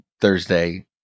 Thursday